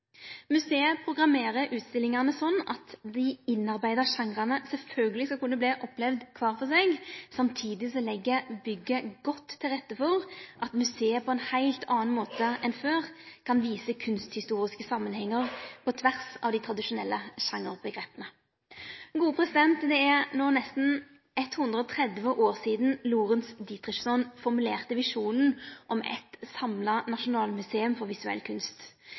utstillingane slik at dei innarbeidde sjangrane sjølvsagt skal kunne opplevast kvar for seg. Samstundes legg bygget godt til rette for at museet på ein heilt annan måte enn før kan vise kunsthistoriske samanhengar på tvers av dei tradisjonelle sjangeromgrepa. Det er no nesten 130 år sidan Lorentz Dietrichson formulerte visjonen om eitt samla nasjonalmuseum for visuell kunst.